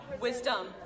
wisdom